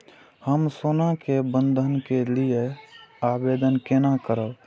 हम सोना के बंधन के लियै आवेदन केना करब?